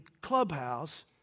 clubhouse